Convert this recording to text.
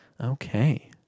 Okay